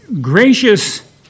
gracious